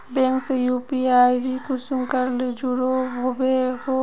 Bank से UPI कुंसम करे जुड़ो होबे बो?